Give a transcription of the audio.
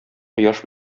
кояш